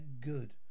good